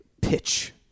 pitch